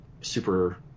super